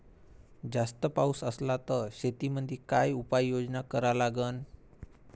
जास्त पाऊस असला त शेतीमंदी काय उपाययोजना करा लागन?